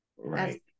right